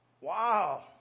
wow